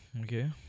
Okay